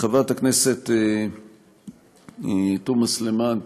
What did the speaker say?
חברת הכנסת תומא סלימאן,